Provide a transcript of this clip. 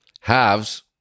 halves